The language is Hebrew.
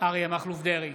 אריה מכלוף דרעי,